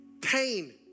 pain